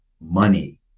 money